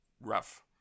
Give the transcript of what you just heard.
rough